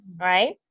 right